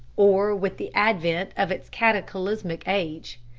or with the advent of its cataclysmic age.